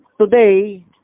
today